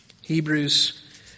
Hebrews